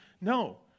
No